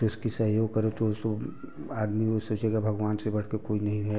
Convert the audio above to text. तो उसकी सहयोग करो तो उसको आदमी वो सोचेगा भगवान से बढ़ के कोई नहीं है